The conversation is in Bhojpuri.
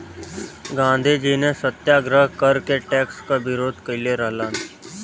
गांधीजी ने सत्याग्रह करके टैक्स क विरोध कइले रहलन